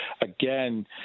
again